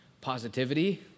positivity